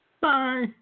Bye